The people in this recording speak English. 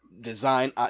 design